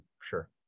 Sure